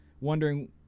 wondering